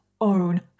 own